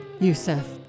Youssef